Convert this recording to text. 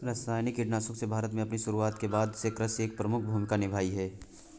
रासायनिक कीटनाशकों ने भारत में अपनी शुरूआत के बाद से कृषि में एक प्रमुख भूमिका निभाई हैं